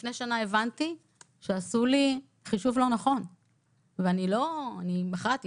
לפני שנה הבנתי שעשו לי חישוב לא נכון ואני מח"ט,